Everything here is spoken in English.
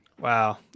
Wow